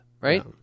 right